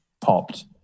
popped